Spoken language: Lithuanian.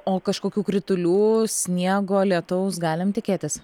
o kažkokių kritulių sniego lietaus galim tikėtis